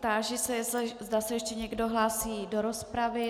Táži se, zda se ještě někdo hlásí do rozpravy.